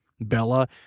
Bella